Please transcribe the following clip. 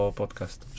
podcast